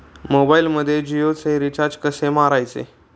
मोबाइलमध्ये जियोचे रिचार्ज कसे मारायचे?